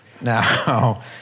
Now